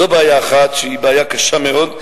זו בעיה אחת שהיא בעיה קשה מאוד,